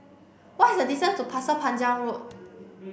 what is the distance to Pasir Panjang Road